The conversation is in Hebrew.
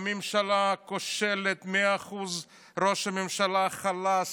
הממשלה כושלת במאה אחוז, ראש הממשלה חלש,